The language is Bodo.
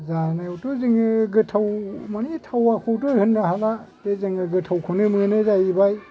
जानायावथ' जोङो गोथाव मानि थावाखौथ' होननो हाला जे जोङो गोथावखौनो मोनो जाहैबाय